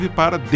para